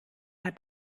hat